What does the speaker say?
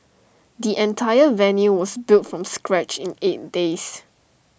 the entire venue was built from scratch in eight days